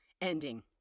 Ending